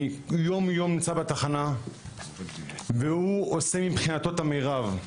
אני יום יום נמצא בתחנה והוא עושה מבחינתו את המרב,